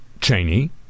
Cheney